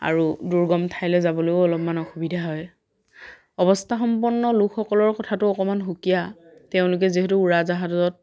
আৰু দুৰ্গম ঠাইলৈ যাবলৈও অলপমান অসুবিধা হয় অৱস্থা সম্পন্ন লোকসকলৰ কথাটো অকণমান সুকীয়া তেওঁলোকে যিহেতু উৰাজাহাজত